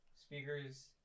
speakers